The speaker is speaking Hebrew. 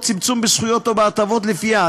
או צמצום הזכויות או ההטבות לפיה,